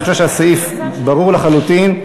אני חושב שהסעיף ברור לחלוטין.